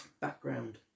Background